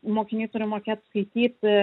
mokiniai turi mokėt skaityt